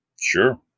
Sure